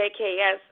JKS